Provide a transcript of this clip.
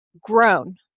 grown